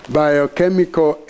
biochemical